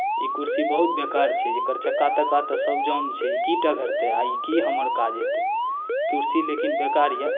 ई कुरसी बहुत बेकार छै एकर चक्का तक्का तऽ सभ जाम छै ई की टघरतै आ ई की हमर काज ऐतै कुरसी लेकिन बेकार यए